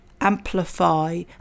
amplify